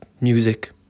music